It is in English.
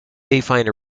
affine